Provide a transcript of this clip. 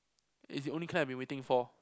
is the only clan I've been waiting for